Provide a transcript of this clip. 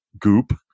goop